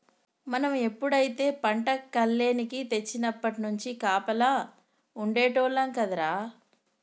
మనం ఎప్పుడైతే పంట కల్లేనికి తెచ్చినప్పట్నుంచి కాపలా ఉండేటోల్లం కదరా